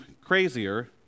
crazier